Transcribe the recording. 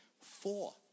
four